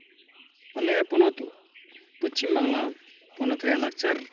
ᱟᱞᱮᱭᱟᱜ ᱯᱚᱱᱚᱛ ᱯᱚᱪᱷᱤᱢ ᱵᱟᱝᱞᱟ ᱯᱚᱱᱚᱛ ᱨᱮᱭᱟᱜ ᱞᱟᱠᱪᱟᱨ